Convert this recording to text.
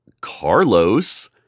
Carlos